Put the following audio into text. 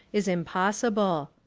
is impossible.